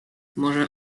może